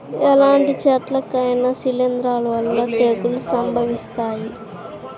ఎలాంటి చెట్లకైనా శిలీంధ్రాల వల్ల తెగుళ్ళు సంభవిస్తాయి